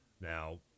Now